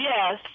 Yes